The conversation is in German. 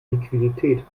liquidität